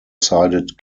sided